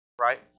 right